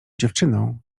dziewczyną